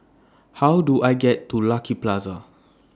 How Do I get to Lucky Plaza